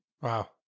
Wow